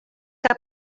que